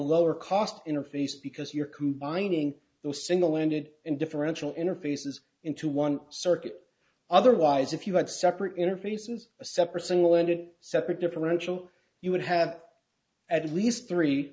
lower cost interface because you're combining those single ended and differential interfaces into one circuit otherwise if you had separate interfaces a separate single ended separate differential you would have at least three